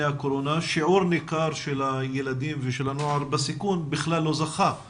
הקורונה שיעור ניכר של הילדים והנוער בסיכון כלל לא זכה למענים.